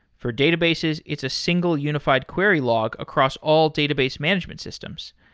for databases, it's a single unified query log across all database management systems.